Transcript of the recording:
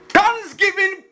Thanksgiving